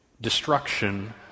destruction